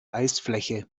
eisfläche